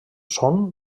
són